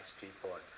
people